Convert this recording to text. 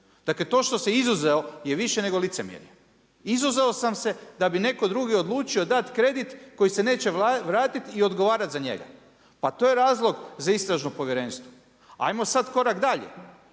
Dakle to što se izuzeo je više nego licemjerje. Izuzeo sam se da bi netko drugi odlučio dati kredit koji se neće vratiti i odgovarati za njega. Pa to je razlog za istražno povjerenstvo. Ajmo sada korak dalje,